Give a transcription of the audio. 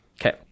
Okay